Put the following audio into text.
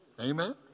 Amen